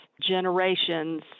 Generations